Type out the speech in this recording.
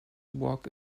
walk